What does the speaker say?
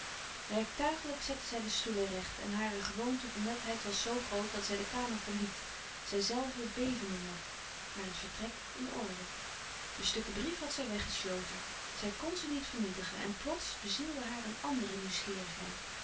werktuigelijk zette zij de stoelen recht en hare gewoonte van netheid was zoo groot dat zij de kamer verliet zijzelve bevende nog maar het vertrek in orde de stukken brief had zij weggesloten zij kn ze niet vernietigen en plots bezielde haar een andere nieuwsgierigheid